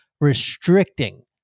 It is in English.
restricting